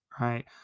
right